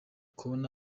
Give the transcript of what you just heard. kubona